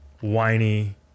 whiny